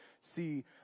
see